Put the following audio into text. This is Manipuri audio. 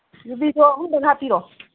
ꯌꯨꯕꯤꯗꯣ ꯑꯍꯨꯝꯗꯪꯒ ꯍꯥꯞꯄꯤꯔꯣ